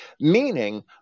meaning